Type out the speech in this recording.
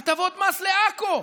הטבות מס לעכו,